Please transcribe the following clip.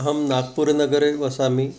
अहं नागपुरनगरे वसामि